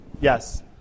Yes